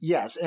Yes